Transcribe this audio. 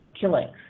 killings